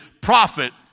prophet